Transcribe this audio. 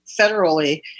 federally